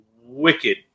wicked